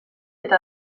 eta